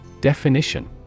Definition